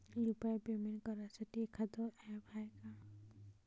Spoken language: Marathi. यू.पी.आय पेमेंट करासाठी एखांद ॲप हाय का?